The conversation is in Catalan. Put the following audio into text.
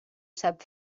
sap